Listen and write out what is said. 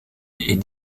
est